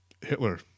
Hitler